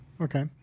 okay